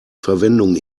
verwendung